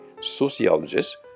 sociologists